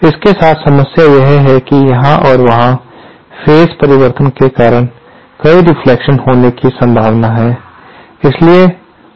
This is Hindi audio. इसके साथ समस्या यह है कि यहां और वहां पेज परिवर्तन के कारण कई रेफ्लेक्शंस होने की संभावना है